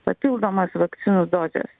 papildomas vakcinų dozes